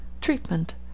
Treatment